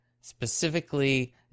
specifically